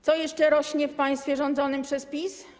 Co jeszcze rośnie w państwie rządzonym przez PiS?